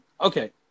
Okay